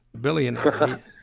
billionaire